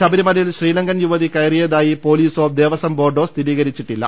ശബരിമലയിൽ ശ്രീലങ്കൻ യുവതി കയറിയതായി പോലീസോ ദേവസം ബോർഡോ സ്ഥിരീകരിച്ചിട്ടില്ല